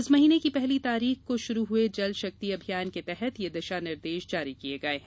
इस महीने की पहली तारीख को शुरू हुए जल शक्ति अभियान के तहत ये दिशा निर्देश जारी किए गए हैं